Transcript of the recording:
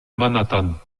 manhattan